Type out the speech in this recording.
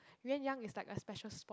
Yuenyeung is like a special sport